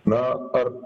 na ar